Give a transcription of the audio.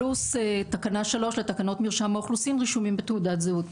פלוס תקנה שלוש לתקנות משרד האוכלוסין רשומים בתעודת זהות.